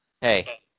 Hey